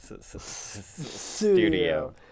studio